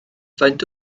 faint